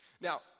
Now